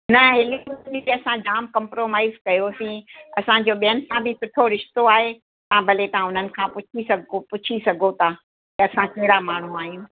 न हिली झुली त असां जामु कॉम्प्रोमाईस कयोसीं असांजो ॿियनि सां बि सुठो रिश्तो आहे तव्हां भले तव्हां उन्हनि खां पुछी सघो पुछी सघो था असां कहिड़ा माण्हू आहियूं